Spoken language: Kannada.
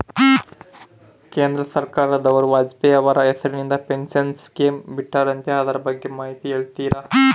ಕೇಂದ್ರ ಸರ್ಕಾರದವರು ವಾಜಪೇಯಿ ಅವರ ಹೆಸರಿಂದ ಪೆನ್ಶನ್ ಸ್ಕೇಮ್ ಬಿಟ್ಟಾರಂತೆ ಅದರ ಬಗ್ಗೆ ಮಾಹಿತಿ ಹೇಳ್ತೇರಾ?